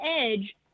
edge